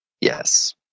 Yes